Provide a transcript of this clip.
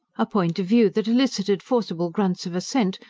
a point of view that elicited forcible grunts of assent,